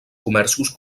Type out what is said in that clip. comerços